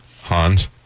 Hans